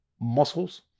muscles